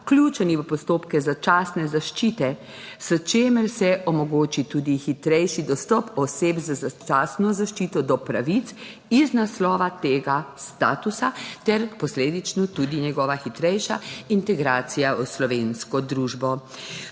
vključeni v postopke začasne zaščite, s čimer se omogoči tudi hitrejši dostop oseb z začasno zaščito do pravic iz naslova tega statusa ter posledično tudi njegova hitrejša integracija v slovensko družbo.